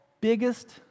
biggest